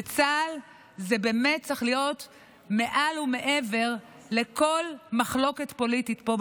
וצה"ל באמת צריך להיות מעל ומעבר לכל מחלוקת פוליטית פה,